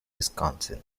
wisconsin